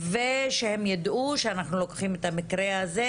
ושהם יידעו שאנחנו לוקחים את המקרה הזה